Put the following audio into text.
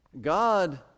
God